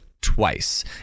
twice